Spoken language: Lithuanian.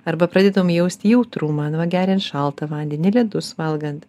arba pradėdavom jausti jautrumą nu va geriant šaltą vandenį ledus valgant